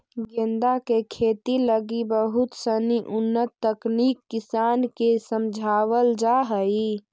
गेंदा के खेती लगी बहुत सनी उन्नत तकनीक किसान के समझावल जा हइ